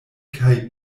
kaj